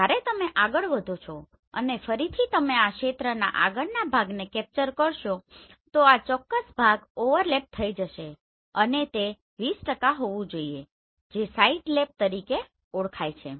જ્યારે તમે આગળ વધો છો અને ફરીથી તમે આ ક્ષેત્રના આગળના ભાગને કેપ્ચર કરશો તો આ ચોક્કસ ભાગ ઓવરલેપ થઈ જશે અને તે 20 હોવું જોઈએ જે સાઇડલેપ તરીકે ઓળખાય છે